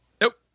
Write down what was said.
Nope